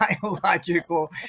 biological